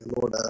Lord